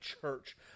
church